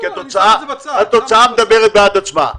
כי התוצאה מדברת בעד עצמה.